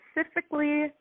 specifically